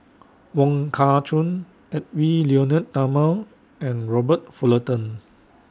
Wong Kah Chun Edwy Lyonet Talma and Robert Fullerton